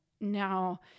now